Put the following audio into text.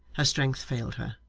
her strength failed her,